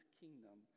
kingdom